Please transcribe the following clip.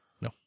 No